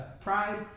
pride